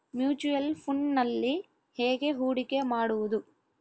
Mutual ಫುಣ್ಡ್ನಲ್ಲಿ ಹೇಗೆ ಹೂಡಿಕೆ ಮಾಡುವುದು?